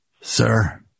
Sir